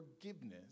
forgiveness